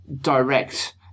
direct